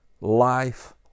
life